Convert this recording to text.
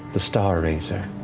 the star razor.